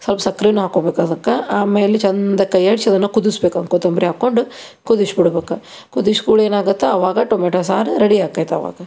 ಸ್ವಲ್ಪ ಸಕ್ರೆನು ಹಾಕ್ಕೊಬೇಕದಕ್ಕೆ ಆಮೇಲೆ ಚಂದ ಕೈ ಆಡಿಸಿ ಅದನ್ನು ಕುದಸ್ಬೇಕು ಅವ್ನ ಕೊತ್ತಂಬ್ರಿ ಹಾಕ್ಕೊಂಡು ಕುದಿಸ್ಬಿಡ್ಬೇಕ ಕುದಿಸ್ಕೂಳೆ ಏನಾಗತ್ತೆ ಆವಾಗ ಟೊಮೆಟೋ ಸಾರು ರೆಡಿ ಆಕೈತೆ ಆವಾಗ